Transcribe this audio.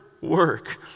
work